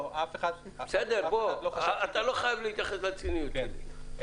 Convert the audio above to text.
אתה לא חייב להתייחס לציניות שלי...